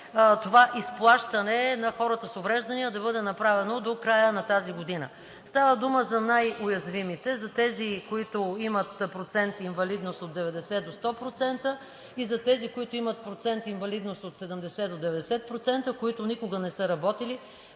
това изплащане на хората с увреждания да бъде направено до края на тази година. Става дума за най-уязвимите – тези, които имат процент инвалидност от 90 до 100%, и за тези, които имат процент инвалидност от 70 до 90%, които никога не са работили,